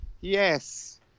yes